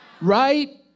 right